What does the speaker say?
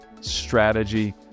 strategy